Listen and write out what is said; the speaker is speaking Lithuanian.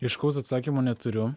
aiškaus atsakymo neturiu